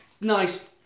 nice